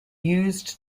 used